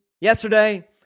yesterday